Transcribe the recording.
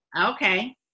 Okay